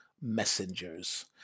messengers